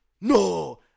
No